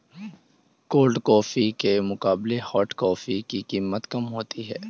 cold coffee के मुकाबले hot coffee की कीमत कम होती है